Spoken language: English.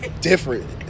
Different